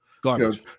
Garbage